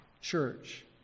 church